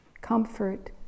comfort